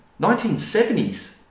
1970s